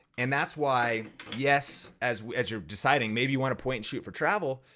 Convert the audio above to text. and that's why, yes, as as you're deciding, maybe you wanna point shoot for travel,